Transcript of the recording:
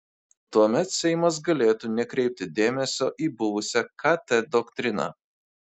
tuomet seimas galėtų nekreipti dėmesio į buvusią kt doktriną